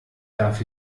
darf